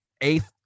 eighth